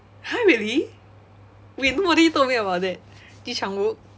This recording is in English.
!huh! really wait nobody told me about that ji chang wook